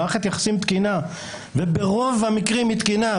במערכת יחסים תקינה וברוב היחסים היא תקינה.